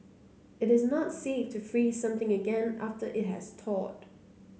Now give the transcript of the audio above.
it is not safe to freeze something again after it has thawed